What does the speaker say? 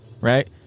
right